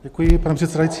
Děkuji, pane předsedající.